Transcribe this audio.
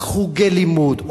חוגי לימוד,